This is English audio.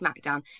SmackDown